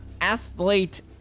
athlete